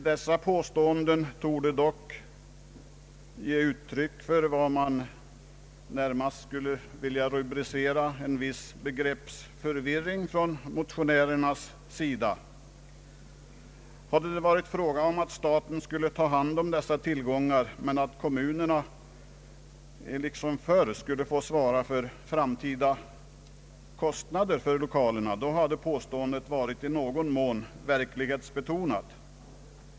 Dessa påståendden torde dock ge uttryck för vad man närmast skulle vilja rubricera som viss begreppsförvirring från motionärernas sida. Hade det varit fråga om att staten skulle ta hand om dessa tillgångar men att kommunerna liksom tidigare skulle få svara för kostnaderna för lokalerna så hade påståendet varit i någon mån verklighetsbetonat.